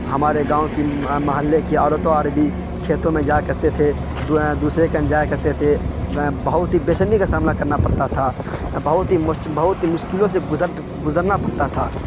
ہمارے گاؤں کی محلے کی عورتوں اور بھی کھیتوں میں جایا کرتے تھے دوسرے کن جایا کرتے تھے بہت ہی بےشرمی کا سامنا کرنا پڑتا تھا بہت ہی بہت ہی مشکلوں سے گزرنا پڑتا تھا